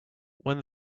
when